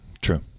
true